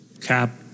cap